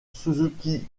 suzuki